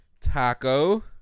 taco